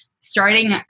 starting